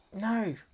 no